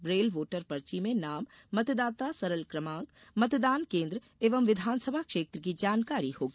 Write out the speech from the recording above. Braille voter पर्ची में नाम मतदाता सरल क्रमांक मतदान केन्द्र एवं विधानसभा क्षेत्र की जानकारी होगी